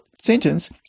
sentence